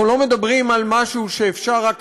אנחנו לא מדברים על משהו שאפשר רק